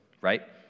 right